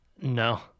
No